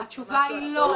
לא, התשובה היא לא.